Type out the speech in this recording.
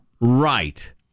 Right